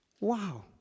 Wow